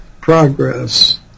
progress